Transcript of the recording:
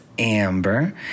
Amber